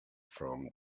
from